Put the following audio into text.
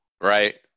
Right